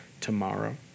tomorrow